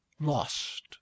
lost